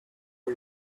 for